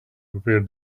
prepared